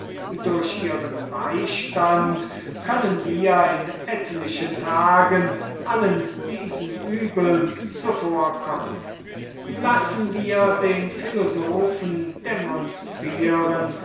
durch ihren beistand können wir in etlichen tagen allen diesen übeln zuvorkommen laßt den philosophen demonstrieren